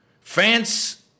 France